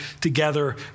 together